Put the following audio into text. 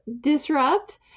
disrupt